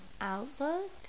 outlook